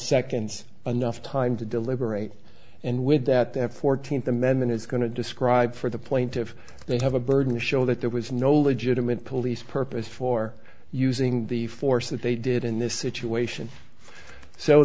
seconds enough time to deliberate and with that that fourteenth amendment is going to describe for the plaintive they have a burden to show that there was no legitimate police purpose for using the force that they did in this situation so